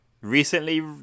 recently